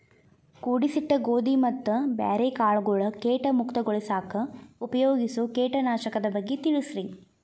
ಕೂಡಿಸಿಟ್ಟ ಗೋಧಿ ಮತ್ತ ಬ್ಯಾರೆ ಕಾಳಗೊಳ್ ಕೇಟ ಮುಕ್ತಗೋಳಿಸಾಕ್ ಉಪಯೋಗಿಸೋ ಕೇಟನಾಶಕದ ಬಗ್ಗೆ ತಿಳಸ್ರಿ